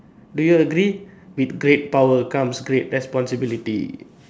do you agree with great power comes great responsibility